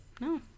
No